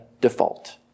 default